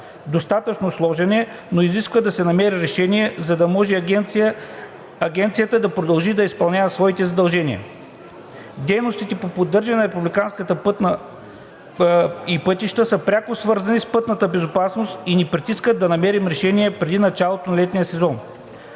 достатъчно сложен е, но изисква да се намери решение, за да може Агенцията да продължи да изпълнява своите задължения. Дейностите по поддържане на републиканските пътища са пряко свързани с пътната безопасност и ни притискат да намерим решение преди началото на летния сезон.